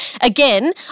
Again